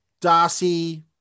Darcy